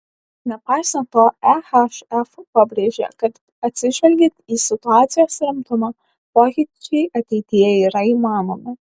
nepaisant to ehf pabrėžė kad atsižvelgiant į situacijos rimtumą pokyčiai ateityje yra įmanomi